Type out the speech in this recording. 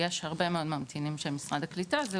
יש הרבה מאוד ממתינים של משרד הקליטה.